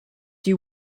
you